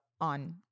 on